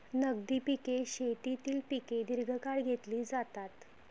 नगदी पिके शेतीतील पिके दीर्घकाळ घेतली जातात